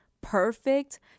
perfect